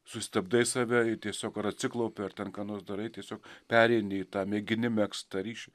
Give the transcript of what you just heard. sustabdai save ir tiesiog ar atsiklaupi ar ten ką nors darai tiesiog pereini į tą mėgini megzt tą ryšį